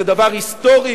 זה דבר היסטורי,